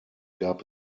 gab